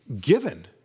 given